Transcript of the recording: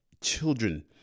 children